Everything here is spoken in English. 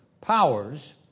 powers